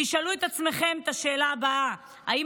תשאלו את עצמכם את השאלה הבאה: האם